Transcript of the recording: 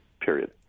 period